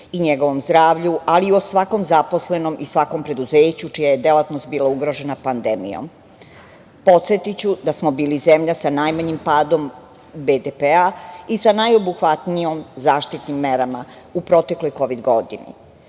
i njegovom zdravlju, ali i o svakom zaposlenom i svakom preduzeću čija je delatnost bila ugrožena pandemijom. Podsetiću da smo bili zemlja sa najmanjim padom BDP i sa najobuhvatnijim zaštitnim merama u protekloj kovid godini.